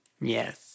Yes